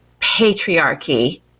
patriarchy